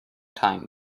time